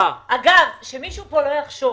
אגב, שמישהו פה לא יחשוב